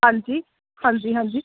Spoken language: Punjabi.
ਹਾਂਜੀ ਹਾਂਜੀ ਹਾਂਜੀ